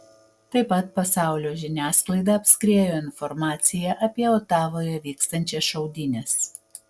tai pat pasaulio žiniasklaidą apskriejo informacija apie otavoje vykstančias šaudynes